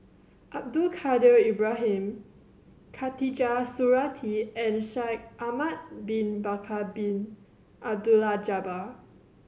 Abdul Kadir Ibrahim Khatijah Surattee and Shaikh Ahmad Bin Bakar Bin Abdullah Jabbar